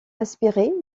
inspiré